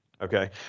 okay